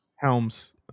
Helms